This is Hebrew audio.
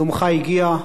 יומך הגיע,